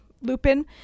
Lupin